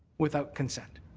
without consent,